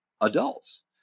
adults